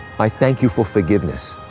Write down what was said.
i thank you for forgiveness,